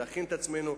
להכין את עצמנו.